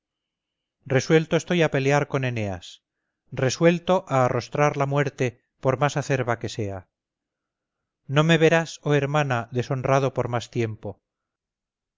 resuelto estoy a pelear con eneas resuelto a arrostrar la muerte por más acerba que sea no me verás oh hermana deshonrado por más tiempo